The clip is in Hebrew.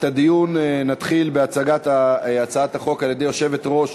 את הדיון נתחיל בהצגת הצעת החוק על-ידי יושבת-ראש